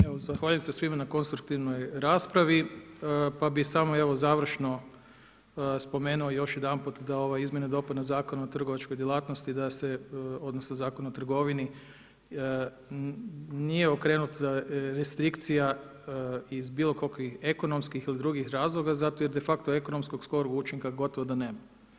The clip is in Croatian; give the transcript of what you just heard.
Evo zahvaljujem se svima na konstruktivnoj raspravi, pa bi samo evo, završno spomenuo još jedanput, izmjene i dopune Zakona o trgovačkoj djelatnosti, odnosno, Zakon o trgovini, nije okrenuta restrikcija iz bilo kakvih ekonomskih ili drugih razloga, zato jer de facto, ekonomskog skoro učinka gotovo da nema.